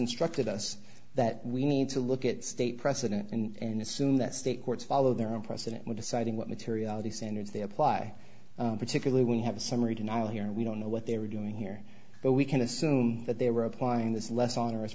instructed us that we need to look at state precedent and assume that state courts follow their own precedent when deciding what materiality standards they apply particularly when you have a summary denial here and we don't know what they were doing here but we can assume that they were applying this less on